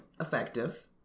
effective